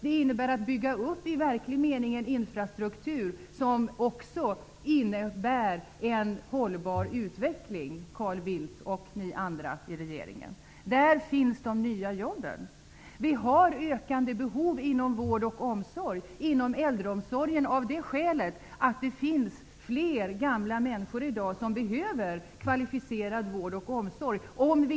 Det innebär, Carl Bildt och ni andra i regeringen, att i verklig mening bygga upp en infrastruktur som ger en hållbar utveckling. Där finns de nya jobben. Vi har ökande behov inom vård och omsorg. Vi måste, om vi inte skall införa ättestupan, satsa på äldreomsorgen, av det skälet att det i dag finns fler gamla människor som behöver kvalificerad vård och omsorg.